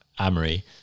amory